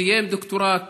סיים דוקטורט